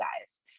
guys